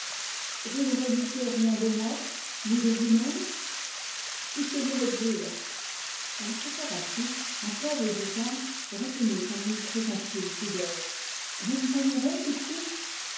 vous ne redoutez rien de moi ni de vous-même puisque je m'exile elle s'était rassise encore hésitante retenue par une très intime pudeur vous vous en irez tout de suite